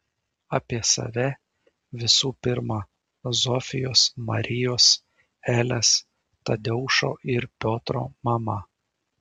apie save visų pirma zofijos marijos elės tadeušo ir piotro mama